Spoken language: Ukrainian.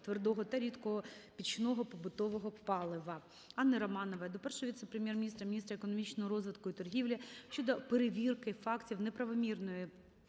твердого та рідкого пічного побутового палива. Анни Романової до Першого віце-прем'єр-міністра - міністра економічного розвитку і торгівлі України щодо перевірки фактів неправомірної,